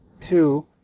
Two